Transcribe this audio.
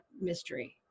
mystery